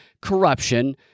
corruption